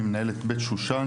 אני מנהל את בית שושן,